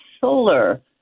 solar